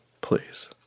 Please